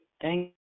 Thank